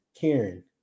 Karen